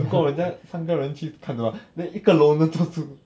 如果人家三个去看的话 then 一个 loner 坐住